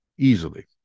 Easily